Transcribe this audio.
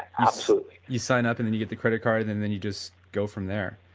absolutely you sign up and then you get the credit card, and then you just go from there,